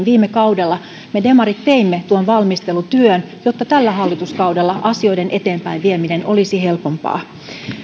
viime kaudella me demarit teimme tuon valmistelutyön jotta tällä hallituskaudella asioiden eteenpäinvieminen olisi helpompaa